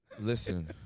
listen